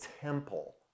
temple